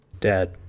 Dad